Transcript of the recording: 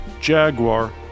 Jaguar